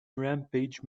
rampage